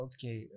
Okay